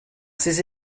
ces